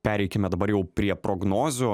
pereikime dabar jau prie prognozių